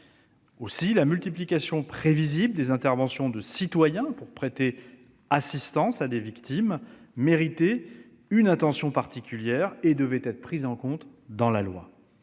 Aussi la multiplication prévisible des interventions de citoyens pour prêter assistance à des victimes méritait-elle une attention particulière et devait-elle être prise en compte dans la loi.